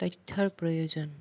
তথ্যৰ প্ৰয়োজন